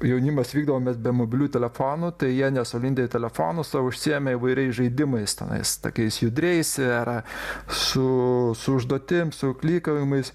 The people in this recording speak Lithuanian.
jaunimas vykdavom mes be mobilių telefonų tai jie ne sulindę į telefonus o užsiėmė įvairiais žaidimais tenais tokais judriais ir su užduotim su klykavimais